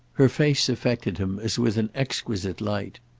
her face affected him as with an exquisite light.